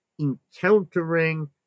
encountering